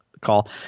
call